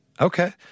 Okay